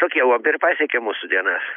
tokie lobiai ir pasiekė mūsų dienas